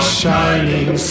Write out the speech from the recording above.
shining